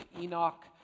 Enoch